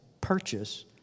purchase